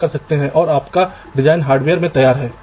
pitch का मतलब है दो या दो से अधिक परतों पर अंतराल